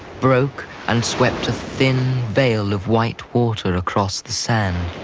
broke, and swept a thin veil of white water across the sand.